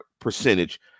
percentage